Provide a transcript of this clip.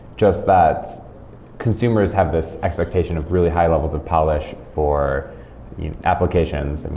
just that consumers have this expectation of really high levels of polish for applications. and